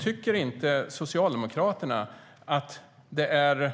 Tycker inte Socialdemokraterna att det är